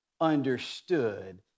understood